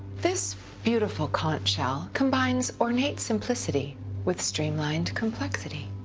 this beautiful conk shell combines ornate simplicity with streamlined complexity.